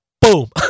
Boom